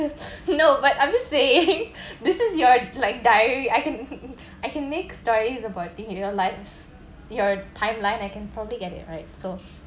no but I'm just saying this is you are like diary I can I can make stories about thing in your life your timeline I can probably get it right so